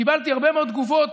קיבלתי הרבה מאוד תגובות